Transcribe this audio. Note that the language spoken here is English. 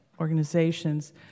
organizations